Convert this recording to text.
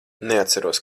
neatceros